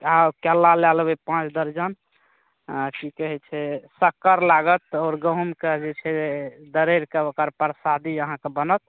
आउ केला लए लेबै पाँच दर्जन की कहैत छै शक्कर लागत आओर गेहूँमके जे छै दररि कऽ ओकर परसादी अहाँके बनत